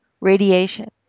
radiation